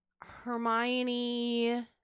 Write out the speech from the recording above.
Hermione